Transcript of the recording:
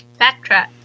backtrack